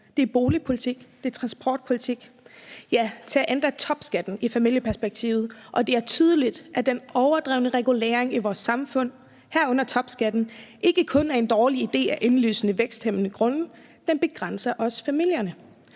Det er boligpolitik, det er transportpolitik, og, ja, tag endda topskatten i familieperspektivet. Det er tydeligt, at den overdrevne regulering i vores samfund, herunder topskatten, ikke kun er en dårlig idé af indlysende væksthæmmende grunde; den begrænser også familierne.